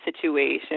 situation